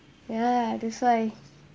ya that's why